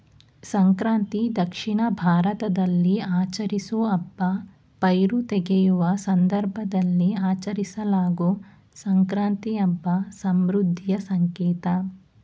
ಸಂಕ್ರಾಂತಿ ದಕ್ಷಿಣ ಭಾರತದಲ್ಲಿ ಆಚರಿಸೋ ಹಬ್ಬ ಪೈರು ತೆಗೆಯುವ ಸಂದರ್ಭದಲ್ಲಿ ಆಚರಿಸಲಾಗೊ ಸಂಕ್ರಾಂತಿ ಹಬ್ಬ ಸಮೃದ್ಧಿಯ ಸಂಕೇತ